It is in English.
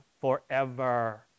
forever